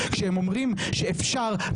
ברוכים הנמצאים היום בוועדת הצעירים של הכנסת.